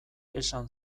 esan